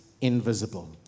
invisible